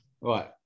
right